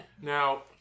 Now